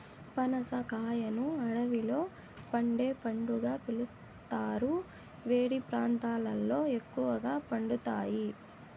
పనస కాయను అడవిలో పండే పండుగా పిలుస్తారు, వేడి ప్రాంతాలలో ఎక్కువగా పండుతాయి